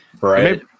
right